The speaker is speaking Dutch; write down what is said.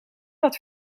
wat